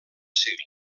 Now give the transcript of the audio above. segle